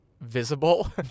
visible